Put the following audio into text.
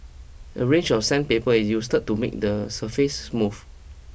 a range of sandpaper is used to make the surface smooth